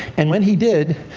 and when he did,